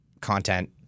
content